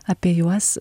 apie juos